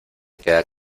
queda